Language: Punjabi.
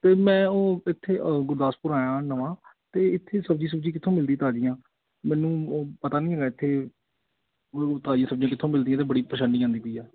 ਅਤੇ ਮੈਂ ਉਹ ਇੱਥੇ ਗੁਰਦਾਸਪੁਰ ਆਇਆ ਨਵਾਂ ਅਤੇ ਇੱਥੇ ਸਬਜ਼ੀ ਸੁਬਜ਼ੀ ਕਿੱਥੋਂ ਮਿਲਦੀ ਤਾਜ਼ੀਆਂ ਮੈਨੂੰ ਉਹ ਪਤਾ ਨਹੀਂ ਹੈਗਾ ਇੱਥੇ ਤਾਜ਼ੀ ਸਬਜ਼ੀਆਂ ਕਿੱਥੋਂ ਮਿਲਦੀਆਂ ਅਤੇ ਬੜੀ ਪਰੇਸ਼ਾਨੀ ਆਉਂਦੀ ਪਈ ਆ